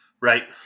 Right